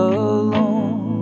alone